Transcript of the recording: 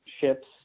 ships